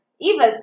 Eva's